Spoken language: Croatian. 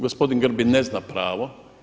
Gospodin Grbin ne zna pravo.